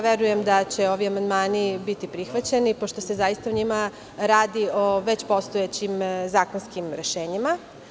Verujem da će ovi amandmani biti prihvaćeni, pošto se zaista u njima radi o već postojećim zakonskim rešenjima.